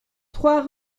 trois